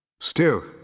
Still